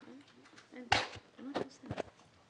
אתם יודעים להסביר את זה,